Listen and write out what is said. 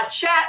chat